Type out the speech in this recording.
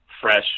fresh